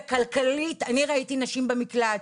כלכלית, אני ראיתי נשים במקלט